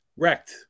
Wrecked